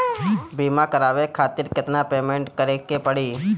बीमा करावे खातिर केतना पेमेंट करे के पड़ी?